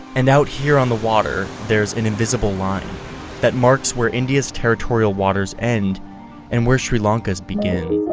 and out here on the water there's an invisible line that marks where india's territorial waters end and where sri lanka's begin.